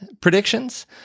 predictions